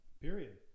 period